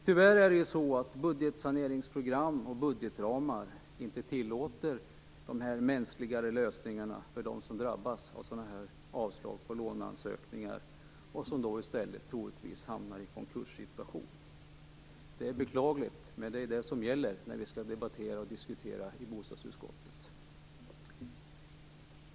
Tyvärr är det så att budgetsaneringsprogram och budgetramar inte tillåter sådana mänskligare lösningar för dem som nu drabbas av sådana här avslag på låneansökningar och som då i stället troligtvis hamnar i en konkurssituation. Det är beklagligt, men det är detta som gäller när vi diskuterar dessa frågor i bostadsutskottet.